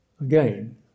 again